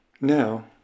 Now